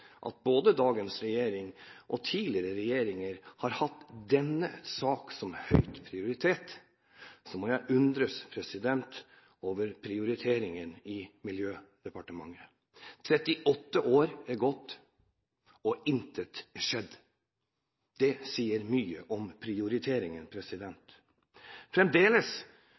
at både dagens regjering og tidligere regjeringer har hatt denne sak høyt prioritert, undres jeg over prioriteringen i Miljødepartementet. 38 år er gått, og intet er skjedd. Det sier mye om prioriteringen. Fremdeles